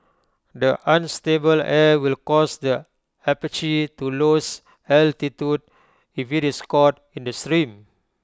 the unstable air will cause the Apache to lose altitude if IT is caught in the stream